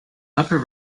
upper